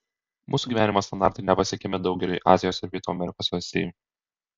mūsų gyvenimo standartai nepasiekiami daugeliui azijos ir pietų amerikos valstybių